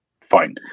fine